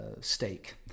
steak